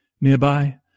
Nearby